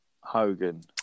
Hogan